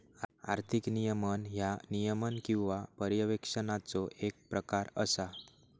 आर्थिक नियमन ह्या नियमन किंवा पर्यवेक्षणाचो येक प्रकार असा